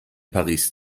paris